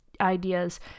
ideas